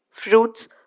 fruits